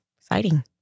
exciting